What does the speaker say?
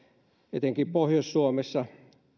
etenkään pohjois suomessa